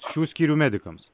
šių skyrių medikams